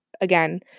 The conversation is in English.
Again